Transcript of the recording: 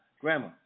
grandma